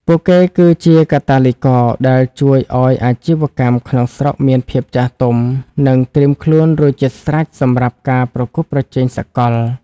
ពួកគេគឺជា "កាតាលីករ" ដែលជួយឱ្យអាជីវកម្មក្នុងស្រុកមានភាពចាស់ទុំ និងត្រៀមខ្លួនរួចជាស្រេចសម្រាប់ការប្រកួតប្រជែងសកល។